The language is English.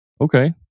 Okay